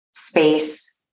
space